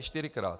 Čtyřikrát.